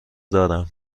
دارم